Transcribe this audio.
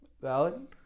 Valid